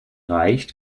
reicht